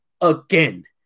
again